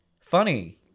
funny